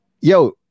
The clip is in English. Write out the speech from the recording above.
yo